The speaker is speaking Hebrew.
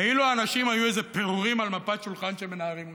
כאילו האנשים היו איזה פירורים על מפת שולחן שמנערים אותה,